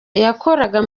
yakoraga